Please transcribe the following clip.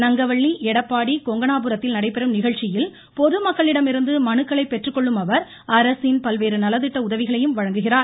நங்கவள்ளி எடப்பாடி கொங்கணாபுரத்தில் நடைபெறும் நிகழ்ச்சியில் பொதுமக்களிடமிருந்து மனுக்களைப் பெற்றுக்கொள்ளும் அவர் அரசின் பல்வேறு நலத்திட்ட உதவிகளையும் வழங்குகிறார்